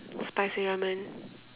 spicy ramen